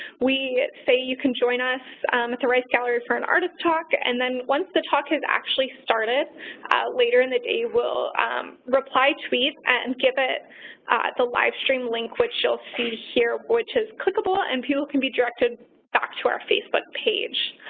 we say you can join us at the riffe gallery for an artist talk and then once the talk has actually started later in the day, we will reply tweet and give it the live stream link, which you'll see here, which is clickable and people can be directed back to our facebook page.